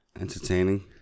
Entertaining